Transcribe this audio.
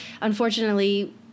unfortunately